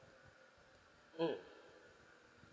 mm